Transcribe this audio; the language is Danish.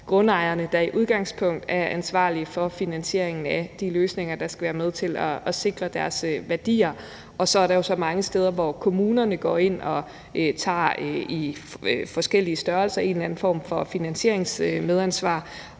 grundejerne, der i udgangspunktet er ansvarlige for finansieringen af de løsninger, der skal være med til at sikre deres værdier. Så er der så mange steder, hvor kommunerne går ind og i forskellig grad tager en eller anden form for finansieringsmedansvar,